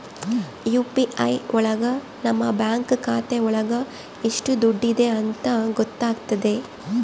UPI ಒಳಗ ನಮ್ bank ಖಾತೆ ಒಳಗ ಎಷ್ಟ್ ದುಡ್ಡಿದೆ ಅಂತ ಗೊತ್ತಾಗ್ತದೆ